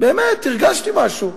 באמת הרגשתי משהו.